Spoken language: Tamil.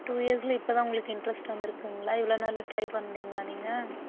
டூ இயர்ஸில் இப்போ தான் உங்களுக்கு இன்ட்ரெஸ்ட் வந்துருக்குங்களா இவ்வளோ நாள் ட்ரை பண்ணலீங்களா நீங்கள்